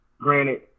granted